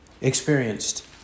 experienced